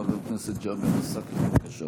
חבר הכנסת ג'אבר עסאקלה, בבקשה.